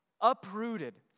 uprooted